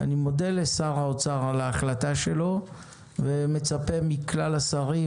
אני מודה לשר האוצר על ההחלטה שלו ומצפה מכלל השרים